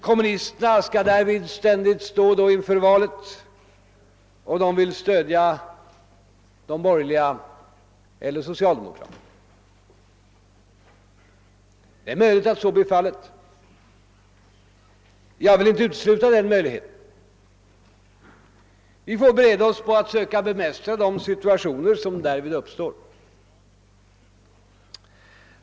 Kommunisterna skall därvid ständigt stå inför valet, om de vill stödja de borgerliga eller socialdemokraterna. Jag vill inte utesluta möjligheten att så blir fallet. Vi får bereda oss på att söka bemästra de situationer som därvid uppstår.